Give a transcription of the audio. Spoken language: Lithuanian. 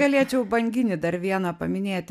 galėčiau banginį dar vieną paminėti